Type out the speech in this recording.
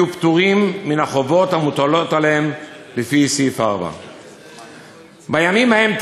יהיו פטורים מן החובות המוטלות עליהם לפי סעיף 4". בימים ההם,